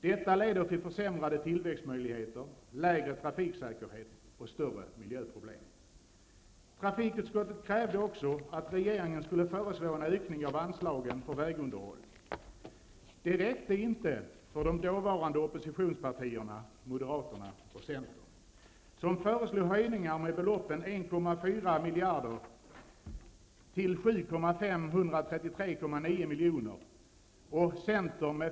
Detta leder till försämrade tillväxtmöjligheter, lägre trafiksäkerhet och större miljöproblem. Trafikutskottet krävde också att regeringen skulle föreslå en ökning av anslagen för vägunderhåll. Detta räckte inte för de dåvarande oppositionspartierna Moderaterna och Centern.